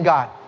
God